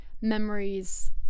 memories